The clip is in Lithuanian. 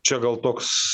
čia gal toks